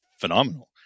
phenomenal